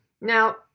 Now